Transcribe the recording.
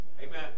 Amen